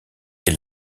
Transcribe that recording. est